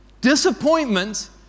Disappointment